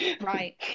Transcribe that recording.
Right